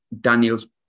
Daniel's